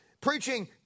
Preaching